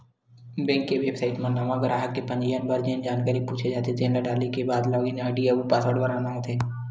bank के website म नवा गराहक के पंजीयन बर जेन जानकारी पूछे जाथे तेन ल डाले के बाद लॉगिन आईडी अउ पासवर्ड बनाना होथे